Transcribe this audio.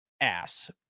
ass